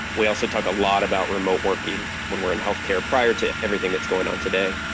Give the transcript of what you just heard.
we also talk a lot about remote working when we're in healthcare, prior to everything that's going on today.